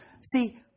see